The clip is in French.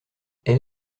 elle